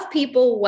people